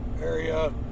area